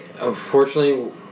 unfortunately